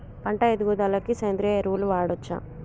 పంట ఎదుగుదలకి సేంద్రీయ ఎరువులు వాడచ్చా?